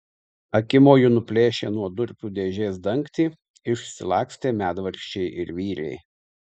akimoju nuplėšė nuo durpių dėžės dangtį išsilakstė medvaržčiai ir vyriai